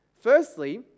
Firstly